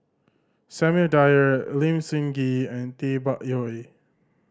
Samuel Dyer Lim Sun Gee and Tay Bak Koi